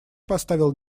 поставил